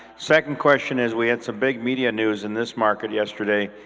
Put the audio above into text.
second question is, we had some big media news in this market yesterday.